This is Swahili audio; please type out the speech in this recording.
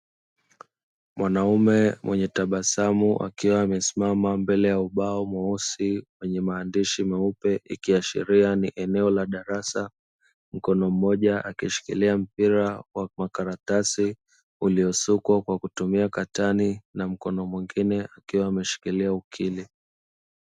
Mwanaume mwenye tabasamu akiwa amesimama mbele ya ubao mweusi wenye maandishi meupe ikiashiria ni eneo la darasa. Mkono mmoja akishikilia mpira wa makaratasi uliyosukwa kwa kutumia katani na mkono mwingine akiwa ameshikilia ukili.